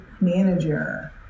manager